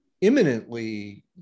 imminently